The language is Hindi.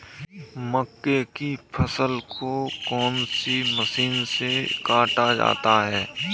मक्के की फसल को कौन सी मशीन से काटा जाता है?